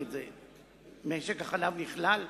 משק החלב נכלל?